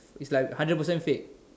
it's like hundred percent fake